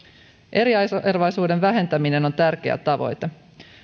eriarvoisuuden vähentäminen on tärkeä tavoite